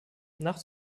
nach